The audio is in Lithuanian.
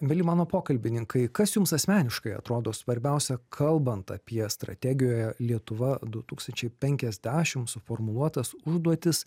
mieli mano pokalbininkai kas jums asmeniškai atrodo svarbiausia kalbant apie strategijoje lietuva du tūkstančiai penkiasdešim suformuluotas užduotis